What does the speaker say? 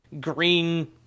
green